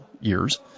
years